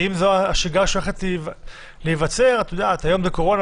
כי אם זו השגרה שהולכת להיווצר היום זה קורונה,